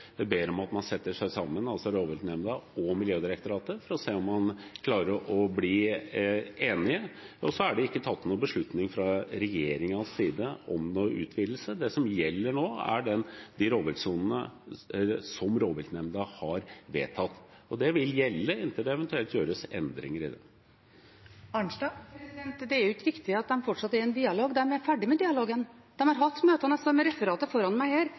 ber om at man setter seg sammen, altså rovviltnemnda og Miljødirektoratet, for å se om man klarer å bli enige. Så er det ikke tatt noen beslutning fra regjeringens side om noen utvidelse. Det som gjelder nå, er de rovviltsonene som rovviltnemnda har vedtatt, og de vil gjelde inntil det eventuelt gjøres endringer i det. Marit Arnstad – til oppfølgingsspørsmål. Det er ikke riktig at de fortsatt er i en dialog. De er ferdig med dialogen. De har hatt møter, og jeg står med referatet foran meg her.